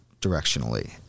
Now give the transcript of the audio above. directionally